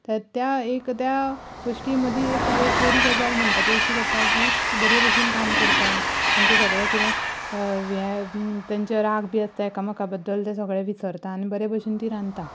तर त्या एक त्या घोष्टी मदीं एक एक बरी गजाल म्हणटा ती अशी जाता की तीं बरे भशेन काम करता तांचें सगळें कितें हें तेंचे राग बी आस ते एकामेका बद्दल तें सगळें विसरता आनी बरे भशेन तीं रांदता